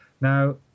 Now